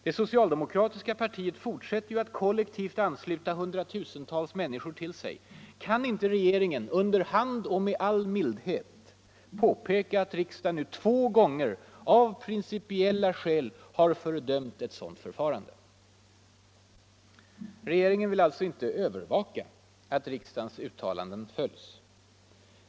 Det socialdemokratiska partiet fortsätter ju att kollektivt ansluta hundratusentals människor till sig. Kan inte regeringen — under hand och med all mildhet — påpeka att riksdagen nu två gånger av principiella skäl har fördömt ett sådant förfarande? Regeringen vill alltså inte ”övervaka” att riksdagens uttalanden följs.